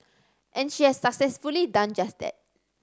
and she has successfully done just that